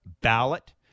ballot